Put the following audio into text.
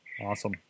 Awesome